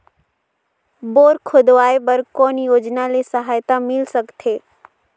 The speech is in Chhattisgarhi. बोर खोदवाय बर कौन योजना ले सहायता मिल सकथे?